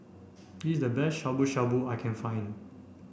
this is the best Shabu Shabu I can find